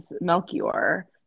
Melchior